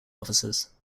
offices